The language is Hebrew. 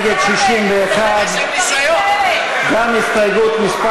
נגד, 61. גם הסתייגות מס'